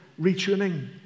retuning